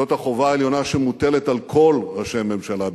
זאת החובה העליונה שמוטלת על כל ראשי הממשלה בישראל.